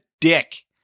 dick